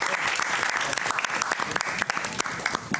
אנחנו גרים ברמת פולג והיא מתאמנת או